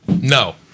No